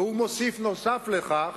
והוא מוסיף, נוסף על כך,